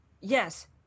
Yes